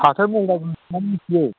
हाथायाव सोंबानो मिथियो